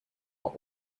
are